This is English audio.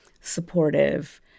supportive